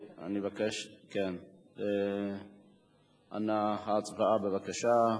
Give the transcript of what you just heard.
אני מבקש, אנא, ההצבעה בבקשה.